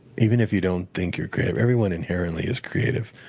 even if you don't think you're creative everyone inherently is creative.